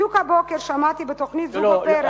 בדיוק הבוקר שמעתי בתוכנית "זוג או פרט" לא,